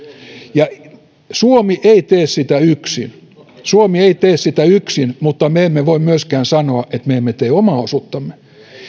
suomi ei tee sitä yksin suomi ei tee sitä yksin mutta me emme voi myöskään sanoa että me emme tee omaa osuuttamme